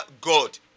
God